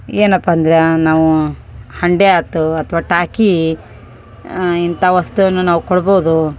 ಏನಪ್ಪ ಅಂದರೆ ನಾವು ಹಂಡೆ ಆಯ್ತು ಅಥವಾ ಟಾಕಿ ಇಂಥ ವಸ್ತುವನ್ನು ನಾವು ಕೊಡ್ಬೋದು